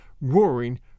roaring